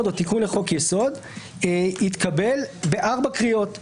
או תיקון לחוק יסוד יתקבל בארבע קריאות.